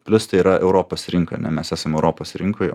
plius tai yra europos rinka ar ne mes esam europos rinkoj